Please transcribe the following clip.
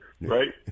Right